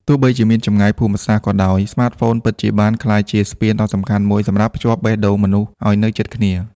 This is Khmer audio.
ទោះបីជាមាន ចម្ងាយភូមិសាស្ត្រ ក៏ដោយ ស្មាតហ្វូនពិតជាបានក្លាយជាស្ពានដ៏សំខាន់មួយសម្រាប់ភ្ជាប់បេះដូងមនុស្សឲ្យនៅជិតគ្នា។